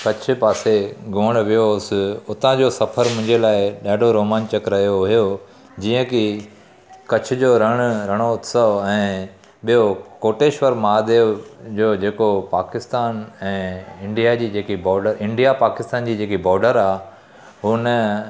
कच्छ जे पासे घुमणु वियो हुउसि हुतां जो सफ़र मुंहिंजे लाइ ॾाढो रोमांचक रहियो हुओ जीअं की कच्छ जो रण रणोत्सव ऐं ॿियों कोटेश्वर महादेव जो जेको पाकिस्तान ऐं इंडिया जी जेकी बॉडर इंडिया पाकिस्तान जी जेकी बॉडर आहे हुन